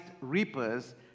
reapers